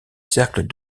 cercles